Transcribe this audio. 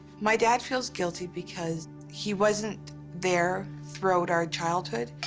my dad feels guilty because he wasn't there throughout our childhood,